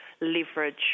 leverage